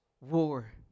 war